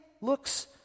looks